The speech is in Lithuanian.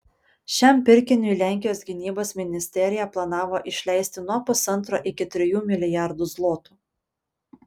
šiam pirkiniui lenkijos gynybos ministerija planavo išleisti nuo pusantro iki trijų milijardų zlotų